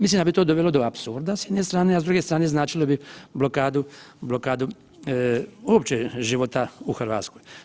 Mislim da bi to dovelo do apsurda s jedne strane, a s druge strane značilo bi blokadu, blokadu uopće života u Hrvatskoj.